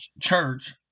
church